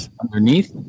underneath